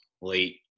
late